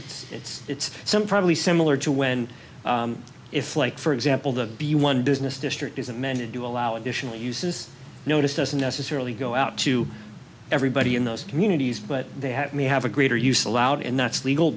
it's it's it's some probably similar to when if like for example to be one business district is that many do allow additional uses notice doesn't necessarily go out to everybody in those communities but they had me have a greater use allowed and that's legal